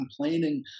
complaining